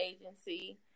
agency